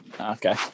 Okay